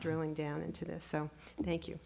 drilling down into this thank you